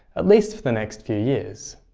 at least for the next few years.